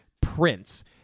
prince